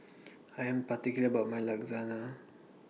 I'm particular about My